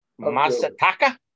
Masataka